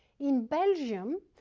in belgium,